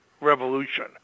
revolution